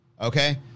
Okay